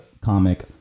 comic